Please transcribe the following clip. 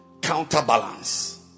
counterbalance